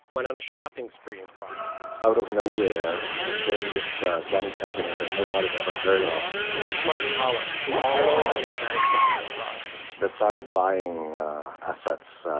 went on a shopping spree in prague out of nowhere came this chinese company that nobody's ever heard of that's martin hala. he's a journalist and a china scholar in prague they started buying assets,